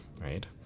right